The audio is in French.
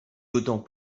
d’autant